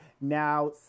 Now